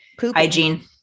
hygiene